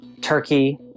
turkey